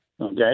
Okay